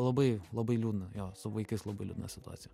labai labai liūdna jo su vaikais labai liūdna situacija